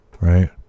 Right